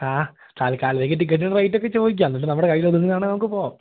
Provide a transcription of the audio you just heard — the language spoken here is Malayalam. ആ തൽകാലത്തേക്ക് ടിക്കറ്റും റേറ്റുമൊക്കെ ചോദിക്ക് എന്നിട്ട് നമ്മുടെ കയ്യിലൊതുങ്ങുന്നതാണെങ്കില് നമുക്ക് പോകാം